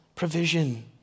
Provision